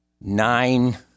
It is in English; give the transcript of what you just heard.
nine